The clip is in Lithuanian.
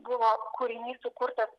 buvo kūrinys sukurtas